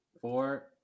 four